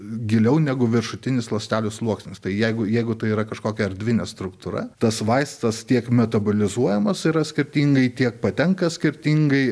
giliau negu viršutinis ląstelių sluoksnis tai jeigu jeigu tai yra kažkokia erdvinė struktūra tas vaistas tiek metabolizuojamas yra skirtingai tiek patenka skirtingai